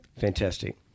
Fantastic